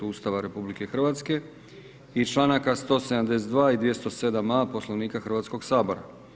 Ustava RH. i članaka 172. i 207.a Poslovnika Hrvatskoga sabora.